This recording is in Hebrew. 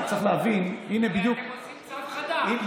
אתם מוציאים צו חדש.